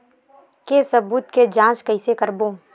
के सबूत के जांच कइसे करबो?